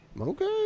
Okay